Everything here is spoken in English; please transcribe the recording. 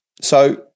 So-